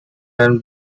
and